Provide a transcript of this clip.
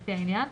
לפי העניין,